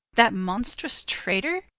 that monstrous traitor?